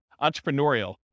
entrepreneurial